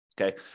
Okay